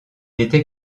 était